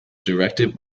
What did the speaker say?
directed